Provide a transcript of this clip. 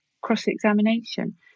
cross-examination